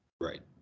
Right